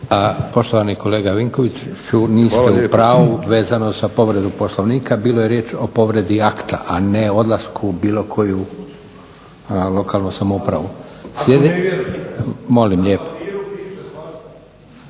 Poštovani kolega Vinkoviću, niste u pravu vezano za povredu Poslovnika. Bilo je riječ o povredi akta, a ne odlasku u bilo koju lokalnu samoupravu. … /Upadica